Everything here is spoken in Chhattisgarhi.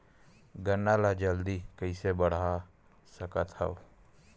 गन्ना ल जल्दी कइसे बढ़ा सकत हव?